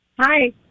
hi